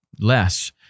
less